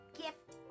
gift